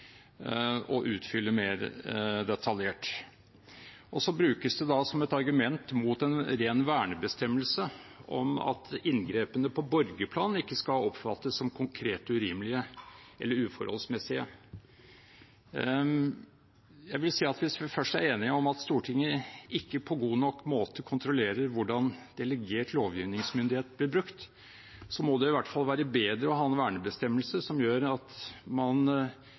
utfylle mer detaljert. Så brukes det da som et argument mot en ren vernebestemmelse om at inngrepene på borgerplan ikke skal oppfattes som konkret urimelige eller uforholdsmessige. Jeg vil si at hvis vi først er enige om at Stortinget ikke på god nok måte kontrollerer hvordan delegert lovgivningsmyndighet blir brukt, må det i hvert fall være bedre å ha en vernebestemmelse som gjør at man